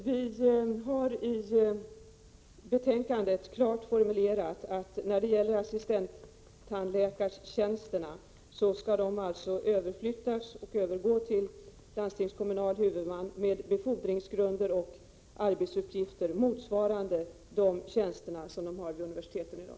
Herr talman! Vi har i betänkandet klart formulerat att assistenttandläkartjänsterna skall övergå till landstingskommunalt huvudmannaskap med befordringsgång och arbetsuppgifter som motsvarar dem som gäller för tjänster inom universiteten i dag.